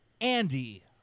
andy